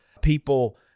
people